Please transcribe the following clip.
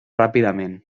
ràpidament